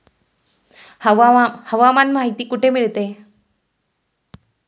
हवामान माहिती कुठे मिळते?